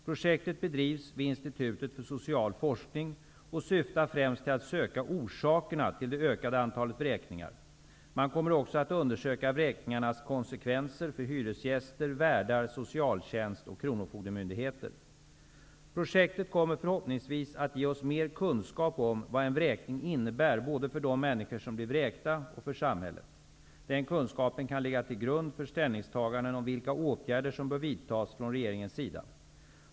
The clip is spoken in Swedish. Projektet bedrivs vid Institutet för social forskning och syftar främst till att söka orsakerna till det ökade antalet vräkningar. Man kommer också att undersöka vräkningarnas konsekvenser för hyresgäster, värdar, socialtjänst och kronofogdemyndigheter. Projektet kommer förhoppningsvis att ge oss mer kunskap om vad en vräkning innebär, både för de människor som blir vräkta och för samhället. Den kunskapen kan ligga till grund för ställningstaganden om vilka åtgärder som bör vidtas från regeringens sida.